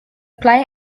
play